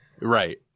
Right